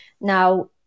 Now